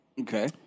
okay